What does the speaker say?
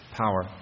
power